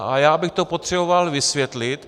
A já bych to potřeboval vysvětlit.